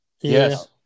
Yes